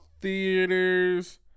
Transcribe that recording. theaters